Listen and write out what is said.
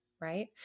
right